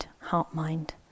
heart-mind